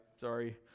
Sorry